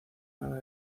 nada